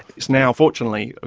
it's now fortunately, ah